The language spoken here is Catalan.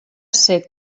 ser